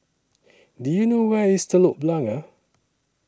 Do YOU know Where IS Telok Blangah